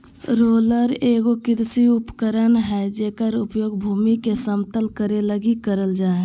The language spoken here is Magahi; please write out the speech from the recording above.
रोलर एगो कृषि उपकरण हइ जेकर उपयोग भूमि के समतल करे लगी करल जा हइ